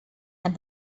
and